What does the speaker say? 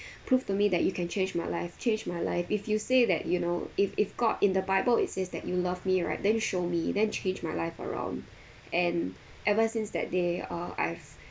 prove to me that you can change my life change my life if you say that you know if if god in the bible it says that you love me right then show me then change my life around and ever since that day uh I've